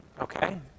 Okay